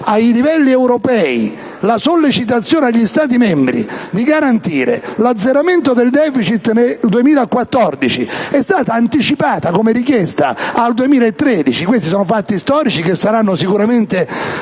ai livelli europei la sollecitazione agli Stati membri di garantire l'azzeramento del *deficit* nel 2014 è stata anticipata, come richiesta, al 2013 (questi sono fatti storici che saranno sicuramente